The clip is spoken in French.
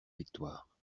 victoire